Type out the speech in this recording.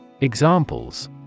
Examples